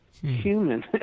human